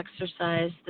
exercise